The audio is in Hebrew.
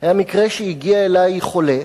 היה מקרה שהגיע אלי חולה